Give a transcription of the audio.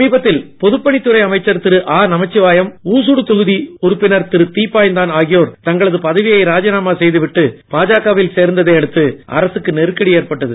சமீபத்தில் பொதுப் பணித்துறை அமைச்சர் திரு ஆ நமச்சிவாயம் ஊசுடு தொகுதி உறுப்பினர் திரு தீப்பாய்ந்தான் ஆகியோர் தங்களது பதவியை ராஜினாமா செய்து விட்டு பாஜக வில் சேர்ந்ததை அடுத்து அரசுக்கு நெருக்கடி ஏற்பட்டது